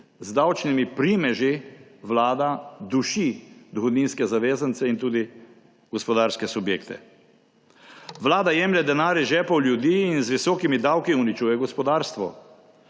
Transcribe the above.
z davčnimi primeži duši dohodninske zavezance in tudi gospodarske subjekte. Vlada jemlje denar iz žepov ljudi in z visokimi davki uničuje gospodarstvo.